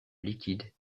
liquide